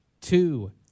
two